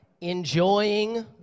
enjoying